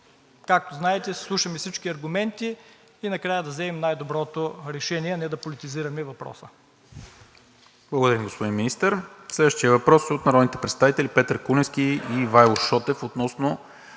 както знаете, слушаме всички аргументи и накрая да вземем най-доброто решение, а не да политизираме въпроса.